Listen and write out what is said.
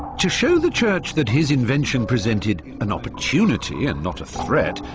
to show the church that his invention presented an opportunity and not a threat,